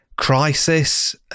Crisis